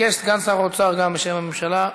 ביקש סגן שר האוצר גם, בשם הממשלה.